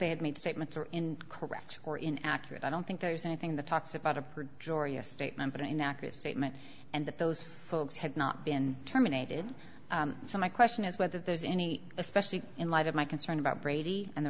they had made statements or in correct or in accurate i don't think there's anything in the talks about appeared jorja statement but an accurate statement and that those folks had not been terminated so my question is whether there's any especially in light of my concern about brady and the